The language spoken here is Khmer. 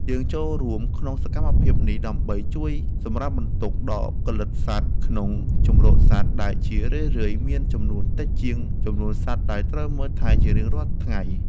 យើងចូលរួមក្នុងសកម្មភាពនេះដើម្បីជួយសម្រាលបន្ទុកដល់បុគ្គលិកក្នុងជម្រកសត្វ ដែលជារឿយៗមានចំនួនតិចជាងចំនួនសត្វដែលត្រូវមើលថែជារៀងរាល់ថ្ងៃ។